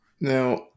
Now